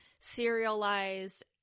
serialized